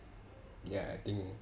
ya I think